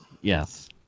Yes